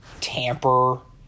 tamper